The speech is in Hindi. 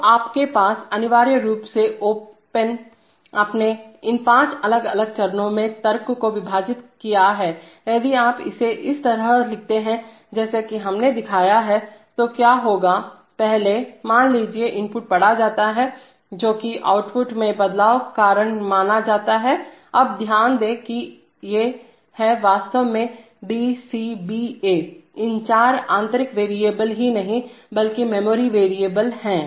तो आपके पास अनिवार्य रूप से आपने इन पांच अलग अलग चरणों में तर्क को विभाजित किया है यदि आप इसे इस तरह लिखते हैं जैसा कि हमने दिखाया है तो क्या होगा पहलेमान लीजिए इनपुट पढ़ा जाता है जो कि आउटपुट में बदलाव कारण माना जाता है अब ध्यान दें कि ये हैंवास्तव में DCBA इन चार आंतरिक वेरिएबल ही नहीं बल्कि मेमोरी वेरिएबल हैं